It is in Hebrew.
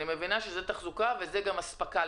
אני מבינה שזה תחזוקה וזה גם אספקה.